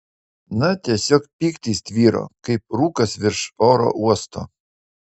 na tiesiog pyktis tvyro kaip rūkas virš oro uosto